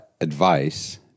advice